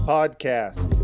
Podcast